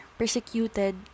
Persecuted